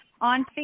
on